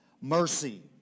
mercy